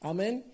Amen